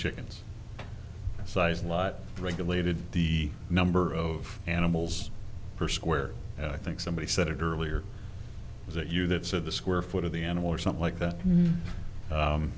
chickens size lot regulated the number of animals per square and i think somebody said earlier that you that so the square foot of the animal or something like that